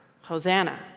Hosanna